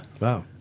Wow